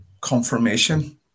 confirmation